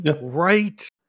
Right